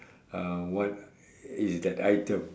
uh what is that item